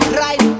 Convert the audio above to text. right